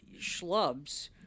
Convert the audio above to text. schlubs